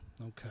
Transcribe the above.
okay